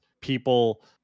people